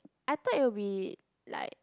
I thought it will be like